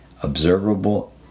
observable